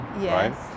Yes